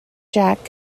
jack